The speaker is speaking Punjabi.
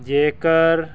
ਜੇਕਰ